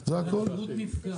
השירות נפגע.